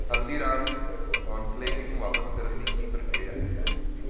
Haldiram's cornflakes ਨੂੰ ਵਾਪਸ ਕਰਨ ਦੀ ਕੀ ਪ੍ਰਕਿਰਿਆ ਹੈ